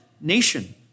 nation